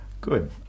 Good